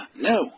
no